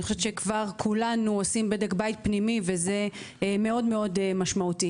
כבר כולנו עושים בדק בית פנימי וזה משמעותי מאוד.